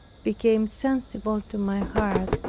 became sensible to my heart,